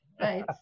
right